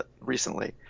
recently